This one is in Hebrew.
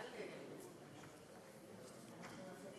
בבקשה, אדוני